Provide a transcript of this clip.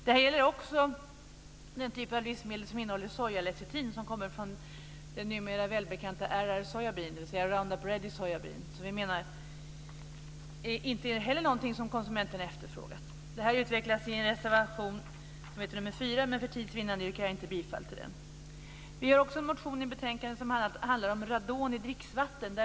Det här gäller också för den typ av livsmedel som innehåller sojalecitin, som kommer från den numera välbekanta RR Soya-bean, dvs. Roundup Ready Soya-bean. Vi menar att inte heller det är något som konsumenten har efterfrågat. Detta utvecklas i reservation nr 4. För tids vinnande yrkar jag dock inte bifall till den. I betänkandet behandlas också en motion som handlar om radon i dricksvatten.